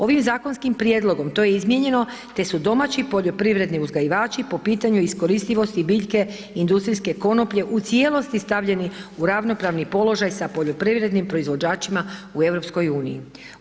Ovim zakonskim prijedlogom to je izmijenjeno te su domaći poljoprivredni uzgajivači po pitanju iskoristivosti biljke industrijske konoplje u cijelosti stavljeni u ravnopravni položaj sa poljoprivrednim proizvođačima u EU-u.